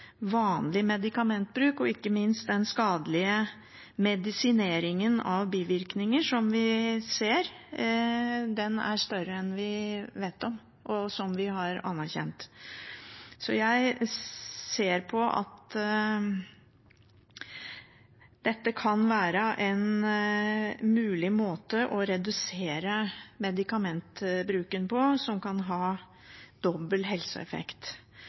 vanlig medikamentbruk og ikke minst den skadelige medisineringen av bivirkninger som vi ser, er større enn vi vet om, og det er noe vi har anerkjent. Jeg ser at dette kan være en mulig måte å redusere medikamentbruken på som kan ha dobbel helseeffekt,